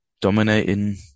dominating